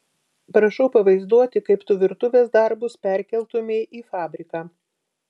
prašau pavaizduoti kaip tu virtuvės darbus perkeltumei į fabriką